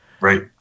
Right